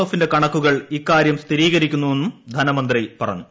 എഫിന്റെ കണക്കുകൾ ഇക്കാര്യം സ്ഥിരീകരിക്കുന്നുവെന്നും ധനമന്ത്രി പറഞ്ഞു